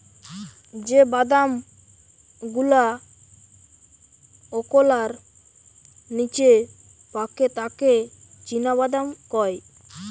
যে বাদাম গুলাওকলার নিচে পাকে তাকে চীনাবাদাম কয়